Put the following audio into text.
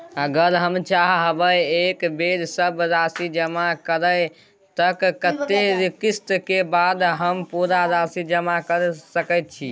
अगर हम चाहबे एक बेर सब राशि जमा करे त कत्ते किस्त के बाद हम पूरा राशि जमा के सके छि?